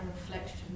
reflection